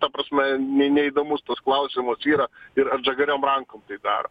ta prasme ne neįdomus tas klausimas yra ir atžagariom rankom daro